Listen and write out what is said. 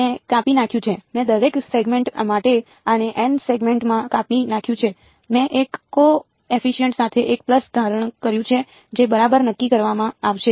મેં કાપી નાખ્યું છે મેં દરેક સેગમેન્ટ માટે આને n સેગમેન્ટમાં કાપી નાખ્યું છે મેં એક કો એફિશિયન્ટ સાથે 1 પલ્સ ધારણ કર્યું છે જે બરાબર નક્કી કરવામાં આવશે